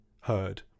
heard